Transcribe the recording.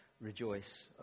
rejoice